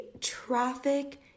traffic